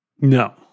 No